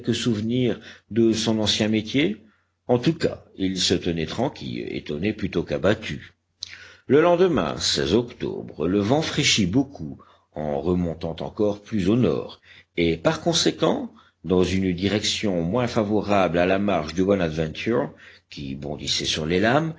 souvenir de son ancien métier en tout cas il se tenait tranquille étonné plutôt qu'abattu le lendemain octobre le vent fraîchit beaucoup en remontant encore plus au nord et par conséquent dans une direction moins favorable à la marche du bonadventure qui bondissait sur les lames